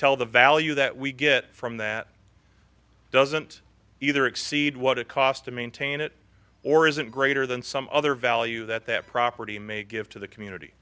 tell the value that we get from that doesn't either exceed what it cost to maintain it or isn't greater than some other value that that property may give to the community